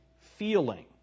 feeling